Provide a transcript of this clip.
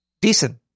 Decent